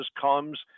comes